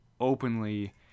openly